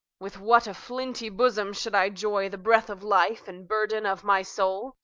with what a flinty bosom should i joy the breath of life and burden of my soul,